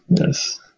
yes